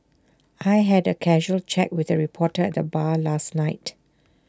I had A casual chat with A reporter at the bar last night